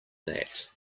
that